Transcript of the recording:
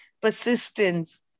persistence